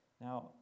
now